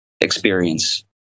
experience